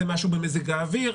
זה משהו במזג האוויר,